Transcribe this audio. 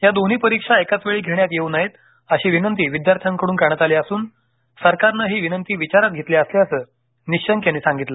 या दोन्ही परीक्षा एकाच वेळी घेण्यात येऊन नयेत अशी विनंती विद्यार्थ्यांकडून करण्यात आली असून सरकारनं ही विनंती विचारात घेतली असल्याचं निशंक यांनी सांगितलं